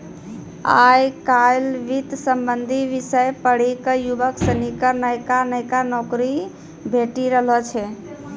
आय काइल वित्त संबंधी विषय पढ़ी क युवक सनी क नयका नयका नौकरी भेटी रहलो छै